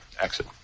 exit